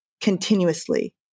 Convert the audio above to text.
continuously